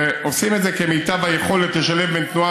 ועושים את זה כמיטב היכולת לשלב בין תנועה